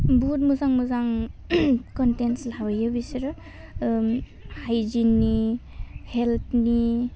बुहुद मोजां मोजां कन्टेनस लाबोयो बिसोरो ओं हाइजेननि हेल्डनि